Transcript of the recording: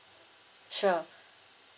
sure